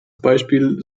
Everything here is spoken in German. beispiel